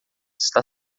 está